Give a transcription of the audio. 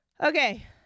Okay